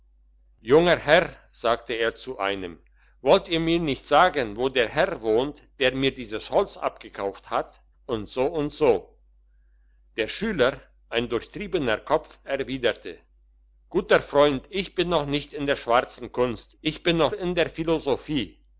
junger herr sagte er zu einem wolltet ihr mir nicht sagen wo der herr wohnt der mir dieses holz abgekauft hat und so und so der schüler ein durchtriebener kopf erwiderte guter freund ich bin noch nicht in der schwarzen kunst ich bin noch in der philosophie